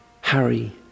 Harry